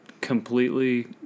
Completely